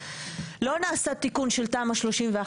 לא נעשה תיקון של תמ"א 31,